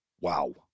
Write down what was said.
Wow